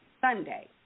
Sunday